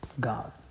God